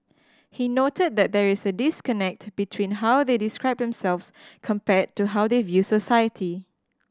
he noted that there is a disconnect between how they describe themselves compared to how they view society